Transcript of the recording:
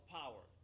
power